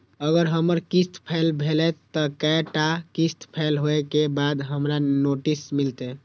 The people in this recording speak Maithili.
अगर हमर किस्त फैल भेलय त कै टा किस्त फैल होय के बाद हमरा नोटिस मिलते?